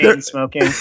smoking